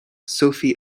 sophie